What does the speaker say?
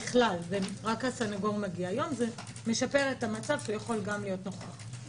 לכן זה משפר את המצב, שהוא יכול גם להיות נוכח.